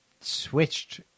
switched